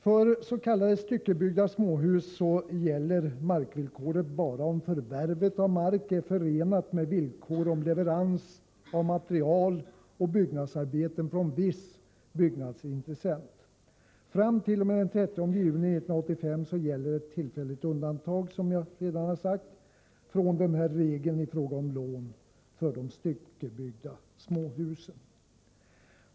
För s.k. styckebyggda småhus gäller markvillkoret bara om förvärvet av mark är förenat med villkor om leverans av material och byggnadsarbeten från viss byggnadsintressent. Fram t.o.m. den 30 juni 1985 gäller ett tillfälligt undantag — som jag redan har sagt — från denna regel i fråga om lån för de styckebyggda småhusen.